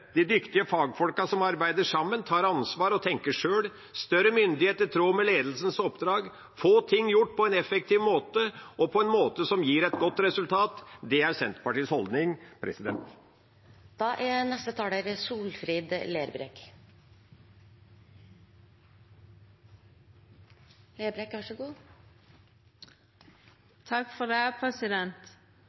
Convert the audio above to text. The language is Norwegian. de dyktige fagfolkene som arbeider sammen, tar ansvar og tenker sjøl, får større myndighet i tråd med ledelsens oppdrag, får ting gjort på en effektiv måte og på en måte som gir et godt resultat. Det er Senterpartiets holdning. Anbodsutsetjing vert opplevd som ein styggedom for veldig mange av dei arbeidstakarane dette går ut over i desse bransjane. Det